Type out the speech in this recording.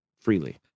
freely